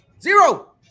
Zero